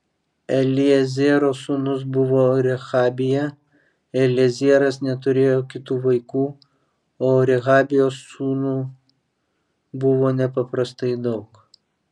eliezero sūnus buvo rehabija eliezeras neturėjo kitų vaikų o rehabijos sūnų buvo nepaprastai daug